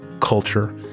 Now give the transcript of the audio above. culture